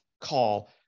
call